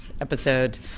episode